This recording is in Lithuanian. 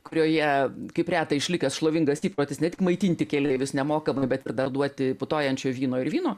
kurioje kaip reta išlikęs šlovingas įprotis ne tik maitinti keleivius nemokamai bet ir dar duoti putojančio vyno ir vyno